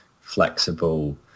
flexible